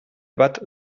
bat